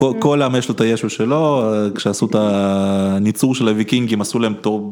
כל עם יש לו את הישו שלו, כשעשו את הניצור של הוויקינגים עשו להם טוב